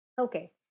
Okay